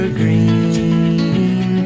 green